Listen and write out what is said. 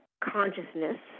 consciousness